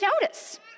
notice